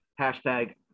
hashtag